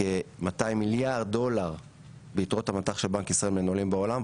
כ-200 מיליארד דולר ביתרות המט"ח של בנק ישראל מנוהלים בעולם,